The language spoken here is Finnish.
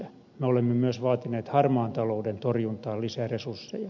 me olemme myös vaatineet harmaan talouden torjuntaan lisäresursseja